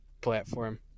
platform